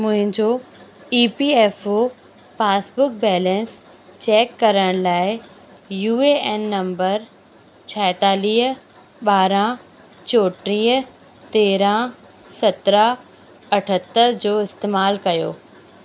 मुंहिंजो E P F O passbook balance check करण लाइ यू ए एन नंबर छहतालीह ॿाराहं चोटीह तेराहं सत्रहं अठहतरि जो इस्तमाल कयो